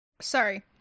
Sorry